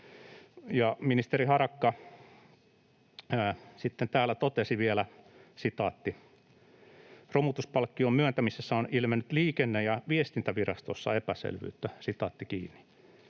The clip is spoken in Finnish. ministeri Harakka sitten täällä totesi vielä: ”Romutuspalkkion myöntämisessä on ilmennyt Liikenne- ja viestintävirastossa epäselvyyttä.” No, sitä